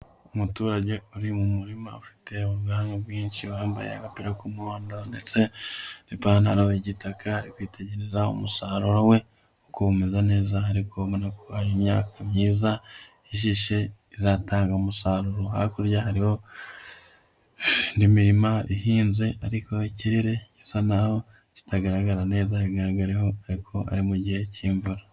Umuturage uri mu murima ufite ubwanwa bwinshi wambaye agapira k'umuhondo ndetse n'ipantaro y'igitaka, ari kwitegereza umusaruro we uko umeze neza, ariko urabona ko hari imyaka myiza ijishe izatanga umusaruro, hakurya hariho n'imirima ihinze ariko ikirere gisa naho kitagaragara neza, bigaragareho ariko ari mu gihe cy'imvura.